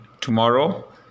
tomorrow